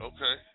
Okay